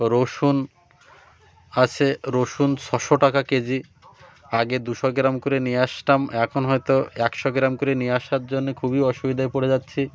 রসুন আছে রসুন ছশো টাকা কেজি আগে দুশো গ্রাম করে নিয়ে আসতাম এখন হয়তো একশো গ্রাম করে নিয়ে আসার জন্যে খুবই অসুবিধায় পড়ে যাচ্ছি